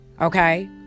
okay